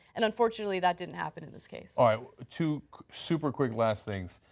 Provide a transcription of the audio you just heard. and unfortunately that didn't happen in this case. so two superquick last things.